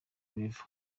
rever